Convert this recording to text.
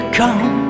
come